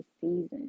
season